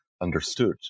understood